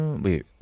Wait